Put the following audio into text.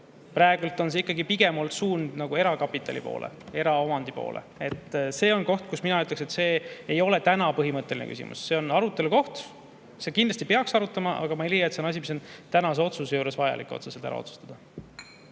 Praegu on ikkagi pigem olnud suund nagu erakapitali poole, eraomandi poole. See on koht, kus mina ütleksin, et see ei ole täna põhimõtteline küsimus, see on arutelu koht, seda kindlasti peaks arutama, aga ma ei leia, et see on asi, mis on tänase otsuse juures vajalik otseselt ära otsustada.